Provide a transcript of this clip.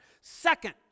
Second